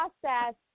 process